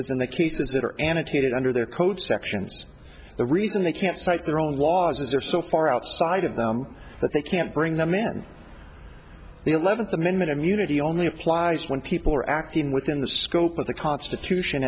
cases and the cases that are annotated under their code section so the reason they can't cite their own laws are so far outside of them that they can't bring them in the eleventh amendment immunity only applies when people are acting within the scope of the constitution